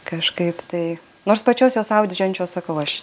kažkaip tai nors pačios jos audžiančios sakau aš